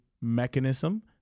mechanism